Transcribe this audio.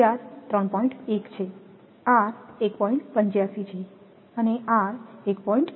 85 છે r 1